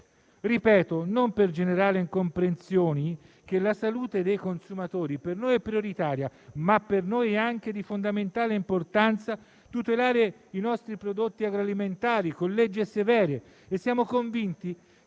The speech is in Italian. Ripeto, non per generare incomprensioni, che la salute dei consumatori è per noi prioritaria, ma è anche di fondamentale importanza tutelare i nostri prodotti agroalimentari con leggi severe, e siamo convinti